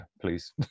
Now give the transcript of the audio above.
please